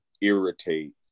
irritate